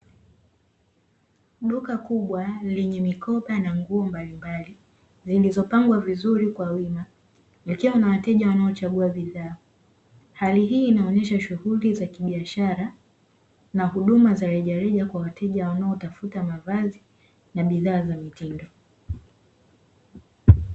Duka kubwa lenye mikoba na nguo mbalimbali, zilizopangwa vizuri kwa wima likiwa na wateja wanaochagua bidhaa. Hali hii inaonyesha shughuli za kibiashara, na huduma za rejareja kwa wateja wanaotafuta mavazi na bidhaa za mitindo.